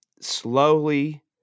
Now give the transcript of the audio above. slowly